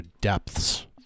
Depths